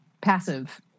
passive